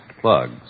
plugs